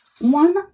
One